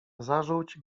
zażółć